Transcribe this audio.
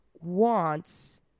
wants